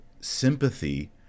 sympathy